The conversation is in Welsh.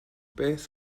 beth